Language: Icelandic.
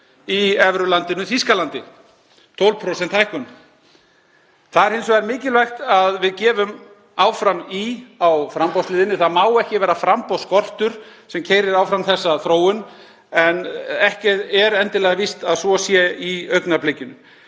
í evrulandinu Þýskalandi, 12% hækkun. Það er hins vegar mikilvægt að við gefum áfram í á framboðshliðinni. Það má ekki vera framboðsskortur sem keyrir áfram þessa þróun, en ekki er endilega víst að svo sé í augnablikinu.